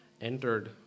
entered